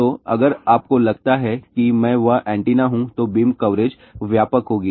तो अगर आपको लगता है कि मैं वह एंटीना हूं तो बीम कवरेज व्यापक होगी